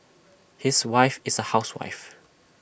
his wife is A housewife